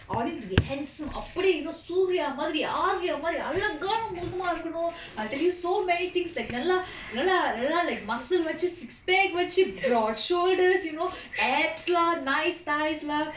I want him to be handsome அப்படி இருந்தும்:appadi irunthum surya மாதிரி:madiri arya மாதிரி அழகான முகமா இருக்கணும்:madiri alakana mukama irukkanum I tell you so many things like நல்லா நல்லா நல்லா:nalla nalla nalla like muscle வச்சு:vachu six pack வச்சு:vachu broad shoulders you know abs lah nice thighs lah